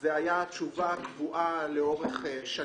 זו היתה התשובה הקבועה לאורך שנים.